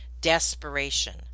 desperation